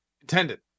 Intended